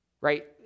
right